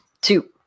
Two